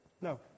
no